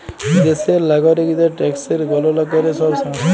দ্যাশের লাগরিকদের ট্যাকসের গললা ক্যরে ছব সংস্থা